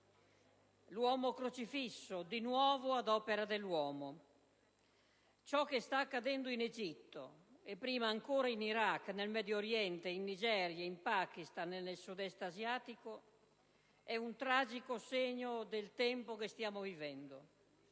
l'uomo crocifisso di nuovo ad opera dell'uomo. Ciò che sta accadendo in Egitto, e prima ancora in Iraq, nel Medio Oriente, in Nigeria, in Pakistan e nel Sud Est asiatico, è un tragico segno del tempo che stiamo vivendo,